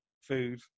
food